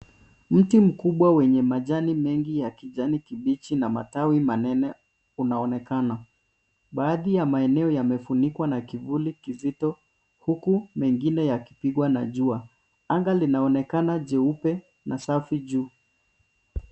Mti mkubwa wenye majani mengi ya kijani kibichi na matawi manene unaonekana. Baadhi ya maeneo yamefunikwa na kivuli kizito huku mengine yakipigwa na jua. Anga linaonekana jeupe na safi juu.